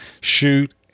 shoot